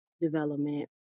development